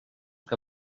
que